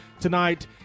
tonight